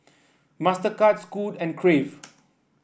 Mastercard Scoot and Crave